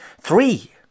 Three